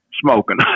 smoking